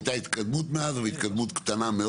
הייתה התקדמות מאז, אבל התקדמות קטנה מאוד.